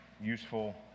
useful